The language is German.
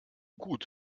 gut